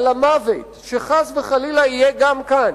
על המוות שחס וחלילה יהיה גם כאן,